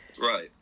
right